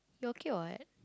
he okay [what]